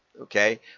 okay